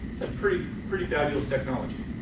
and pretty pretty fabulous technology.